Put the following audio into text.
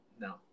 No